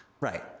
Right